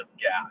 gas